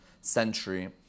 century